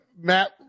Matt